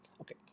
Okay